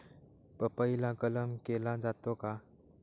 पपईला कलम केला जातो का?